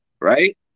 right